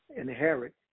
inherit